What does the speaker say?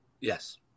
Yes